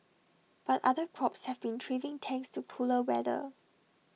but other crops have been thriving thanks to cooler weather